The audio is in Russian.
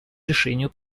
решению